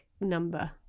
number